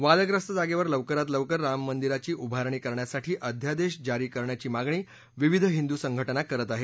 वादग्रस्त जागेवर लवकरात लवकर राममंदिराची उभारणी करण्यासाठी अध्यादेश जारी करण्याची मागणी विविध हिंदू संघटना करत आहेत